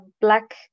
black